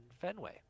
Fenway